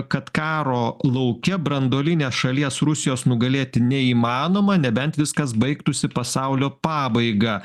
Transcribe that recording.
kad karo lauke branduolinės šalies rusijos nugalėti neįmanoma nebent viskas baigtųsi pasaulio pabaiga